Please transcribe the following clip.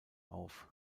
auf